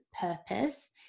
purpose